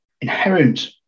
inherent